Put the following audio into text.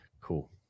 Cool